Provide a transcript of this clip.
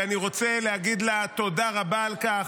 ואני רוצה להגיד לה תודה רבה על כך.